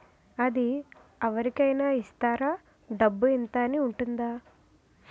అది అవరి కేనా ఇస్తారా? డబ్బు ఇంత అని ఉంటుందా?